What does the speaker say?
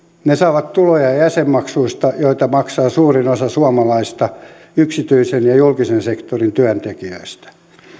ne saavat tuloja jäsenmaksuista joita maksaa suurin osa suomalaisista yksityisen ja julkisen sektorin työntekijöistä